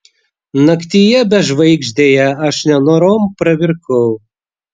naktyje bežvaigždėje aš nenorom pravirkau